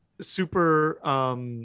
super